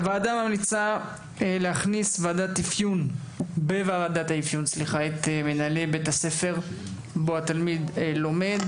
הוועדה ממליצה להכניס לוועדת האפיון את מנהלי בית הספר שבו התלמיד לומד,